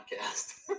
podcast